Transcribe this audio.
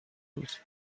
بود